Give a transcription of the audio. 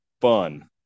fun